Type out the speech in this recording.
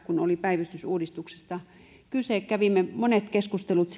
kun oli päivystysuudistuksesta kyse kävimme monet keskustelut